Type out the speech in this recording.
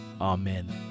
Amen